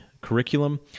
curriculum